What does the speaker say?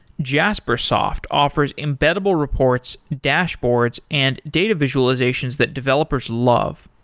jaspersoft offers embeddable reports, dashboards and data visualizations that developers love.